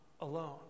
alone